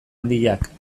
handiak